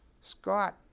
Scott